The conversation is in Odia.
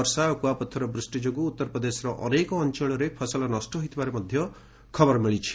ବର୍ଷା ଓ କୁଆପଥର ବୃଷ୍ଟି ଯୋଗୁଁ ଉତ୍ତରପ୍ରଦେଶର ଅନେକ ଅଞ୍ଚଳରେ ଫସଲ ନଷ୍ଟ ହୋଇଥିବାର ଖବର ମିଳିଛି